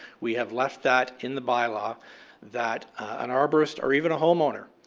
we have left that in the by law that an arbourist or even a homeowner,